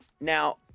Now